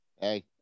hey